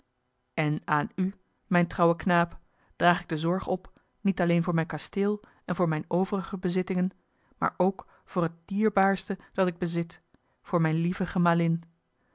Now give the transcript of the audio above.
en aan u mijn trouwe knaap draag ik de zorg op niet alleen voor mijn kasteel en voor mijne overige bezittingen maar ook voor het dierbaarste dat ik bezit voor mijne lieve gemalin